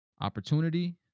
Opportunity